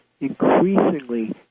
increasingly